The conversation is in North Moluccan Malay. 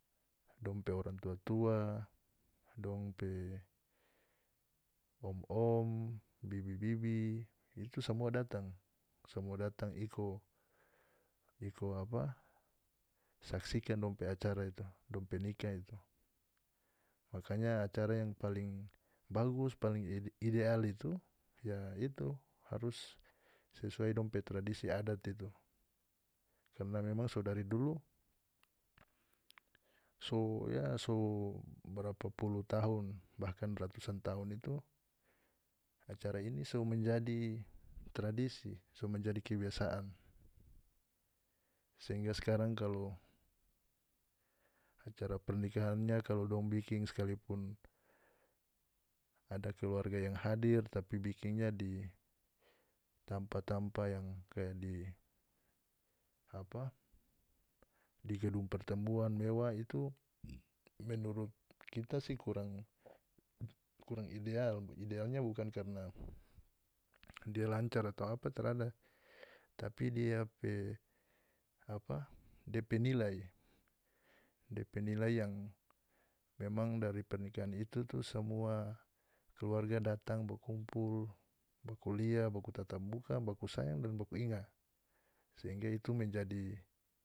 Dong pe orang tua-tua dong pe om-om bibi-bobi itu samua datang samua datang iko iko apa saksikan dong pe acara itu dong pe nikah itu makanya acara yang paling bagus paling ideal itu ya itu harus sesuai dong pe tradisi adat itu karna memang so dari dulu so ya so barapa puluh tahun bahkan ratusan tahun itu acara ini so menjadi tradisi so menjadi kebiasaan sehingga skarang kalu acara pernikahannya kalu dong bikin sekalipun ada keluarga yang hadir tapi bikinnya di tampa-tampa yang kaya di apa di gedung pertemuan mewah itu menurut kita si kurang kurang ideal idealnya bukan karna dia lancar atau apa tarada tapi dia pe apa depe nilai depe nilai yang memang dari pernikahan itu tu samua keluarga datang bakumpul bakulia baku tatap muka baku sayang dan baku inga sehingga itu menjadi.